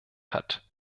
hat